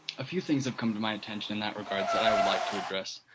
a few things have come to my attention in that regard that i would like to address.